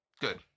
Good